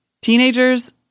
teenagers